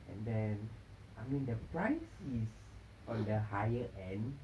and then I mean the price is on the higher end